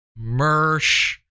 Mersh